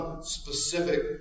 specific